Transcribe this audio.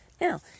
Now